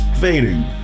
fading